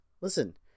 listen